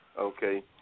Okay